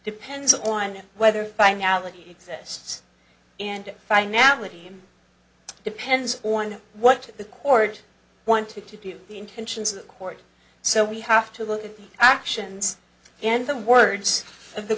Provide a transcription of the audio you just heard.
depends on whether finality exists and finality depends on what the court wanted to do the intentions of the court so we have to look at the actions and the words